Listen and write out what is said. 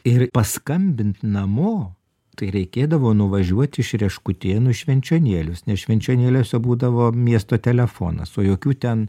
ir paskambint namo tai reikėdavo nuvažiuoti iš reškutėnų į švenčionėlius nes švenčionėliuose būdavo miesto telefonas o jokių ten